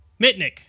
Mitnick